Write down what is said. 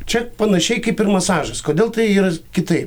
čia panašiai kaip ir masažas kodėl tai yra kitaip